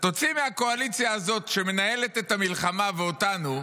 תוציא מהקואליציה הזאת, שמנהלת את המלחמה ואותנו,